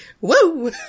Woo